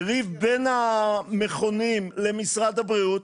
ריב בין המכונים למשרד הבריאות,